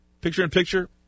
picture-in-picture